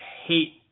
hate